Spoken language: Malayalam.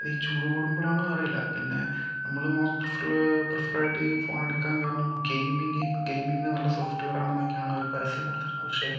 ഈ ചൂട് കൂടുമ്പോൾ ആണോ എന്ന് അറിയില്ല പിന്നെ നമ്മൾ മോസ്റ്റ് ഫുൾ പ്രീഫെറായിട്ട് ഈ ഫോണെടുക്കാൻ കാരണം ഗെയിമിങ്ങ് ഗെയിമിങ്ങിന് നല്ല സോഫ്റ്റ് വെയർ ആണെന്നാണ് അവർ പരസ്യം കൊടുത്തിരുന്നത് പക്ഷെ